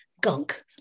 gunk